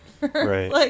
Right